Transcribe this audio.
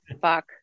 fuck